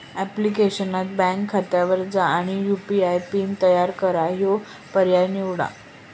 ऍप्लिकेशनात बँक खात्यावर जा आणि यू.पी.आय पिन तयार करा ह्यो पर्याय निवडा